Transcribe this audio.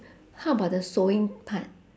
how about the sewing part